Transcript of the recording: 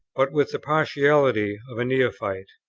but with the partiality, of a neophyte.